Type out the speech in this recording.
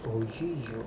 ஐயையோ:iyaiyo